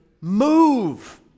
Move